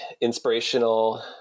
inspirational